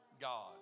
God